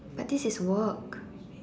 but this is work